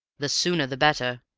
the sooner the better.